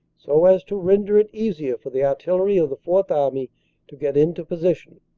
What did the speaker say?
so as to render it easier for the artillery of the fourth army to get into position.